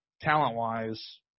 talent-wise